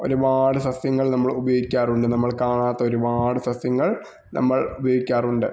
ഒരുപാട് സസ്യങ്ങള് നമ്മള് ഉപയോഗിക്കാറുണ്ട് നമ്മള് കാണാത്ത ഒരുപാട് സസ്യങ്ങള് നമ്മള് ഉപയോഗിക്കാറുണ്ട്